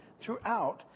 throughout